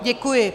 Děkuji.